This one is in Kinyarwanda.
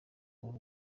w’u